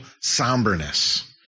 somberness